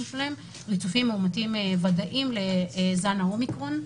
שלהם ריצופים מאומתים ודאיים לזן האומיקרון,